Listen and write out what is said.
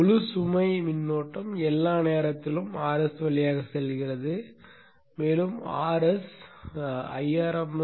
முழு சுமை மின்னோட்டம் எல்லா நேரத்திலும் Rs வழியாக செல்கிறது மேலும் Rs